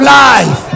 life